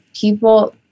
people